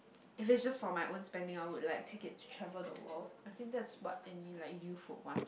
if it's just for my own spending I would like take it to travel the world I think that's what any like youth would want